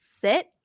sit